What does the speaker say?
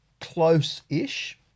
close-ish